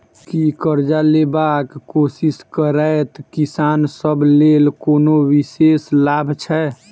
की करजा लेबाक कोशिश करैत किसान सब लेल कोनो विशेष लाभ छै?